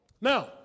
Now